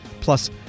Plus